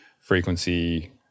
frequency